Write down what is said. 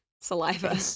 saliva